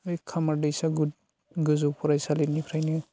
बै खामारदैसा गोजौ फरायसालिनिफ्रायनो